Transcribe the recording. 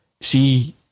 see